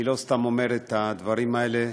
אני לא סתם אומר את הדברים האלה,